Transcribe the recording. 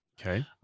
Okay